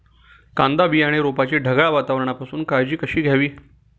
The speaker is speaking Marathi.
कांदा बियाणे रोपाची ढगाळ वातावरणापासून काळजी कशी घ्यावी?